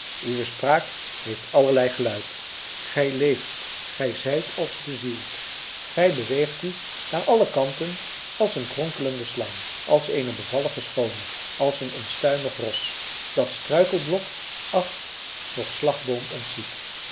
uwe spraak heeft allerlei geluid gij leeft gij zijt als bezield gij beweegt u naar alle kanten als eene kronkelende slang als eene bevallige schoone als een ontstuimig ros dat struikelblok acht noch slagboom ontziet